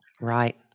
Right